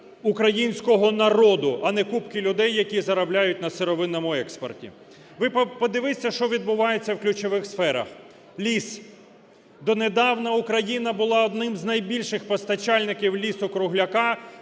українського народу, а не купки людей, які заробляють на сировинному експорті. Ви подивіться, що відбувається в ключових сферах. Ліс. Донедавна Україна була одним з найбільших постачальників лісу-кругляка